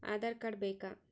Aadhaar card ಬೇಕಾ?